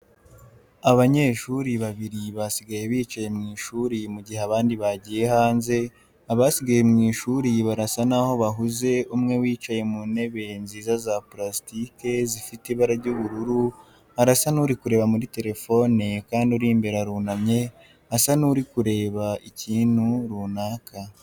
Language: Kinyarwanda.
Abanyeshuri babiri basigaye bicaye mu ishuri mu gihe abandi bagiye hanze, abasigaye mu ishuri barasa n'aho abhuze umwe wicaye nu ntebe nziza za purasitike zifite ibara ry'ubururu arasa n'uri kureba muri terefone kandi uri imbere arunamye asa n'uri kureba ikintu runaka.